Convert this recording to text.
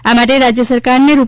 આ માટે રાજ્ય સરકારને રૂ